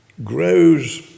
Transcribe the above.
grows